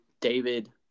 David